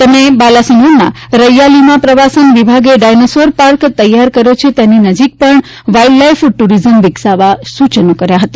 તેમણે બાલાસિનોરના રૈયાલીમાં પ્રવાસન વિભાગે ડાયનાસોર પાર્ક તૈયાર કર્યો છે તેની નજીક પણ વાઇલ્ડ લાઇફ ટૂરિઝમ વિકસાવવા સૂચનો કર્યા હતા